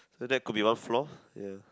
so that could be ground floor ya